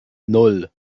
nan